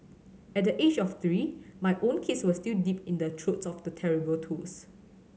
at the age of three my own kids were still deep in the throes of the terrible twos